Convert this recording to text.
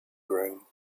groom